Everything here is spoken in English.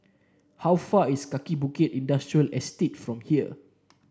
how far is Kaki Bukit Industrial Estate from here